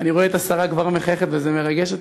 ואני רואה את השרה כבר מחייכת, וזה מרגש אותי.